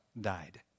died